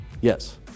Yes